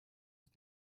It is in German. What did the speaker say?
ist